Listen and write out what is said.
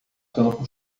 campo